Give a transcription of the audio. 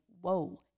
whoa